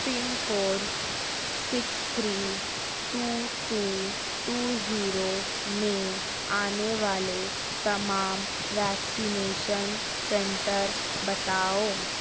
پن code six three two two two zero میں آنے والے تمام ویکسینیشن سنٹر بتاؤ